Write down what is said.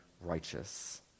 righteous